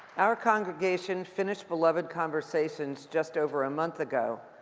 our congregation finished beloved conversations just over a month ago,